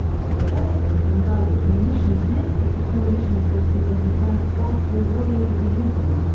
the developments in guided munitions meant that the coalition forces in the first gulf war were able to use them,